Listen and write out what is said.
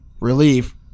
relief